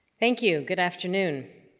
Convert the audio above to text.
thank you, good afternoon.